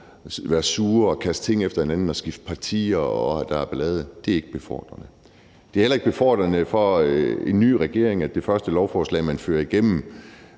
være sure og kaste ting efter hinanden og skifte partier, og der er ballade. Det er ikke befordrende. Det er heller ikke befordrende for en ny regering, at det første lovforslag, den fremsætter,